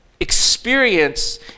experience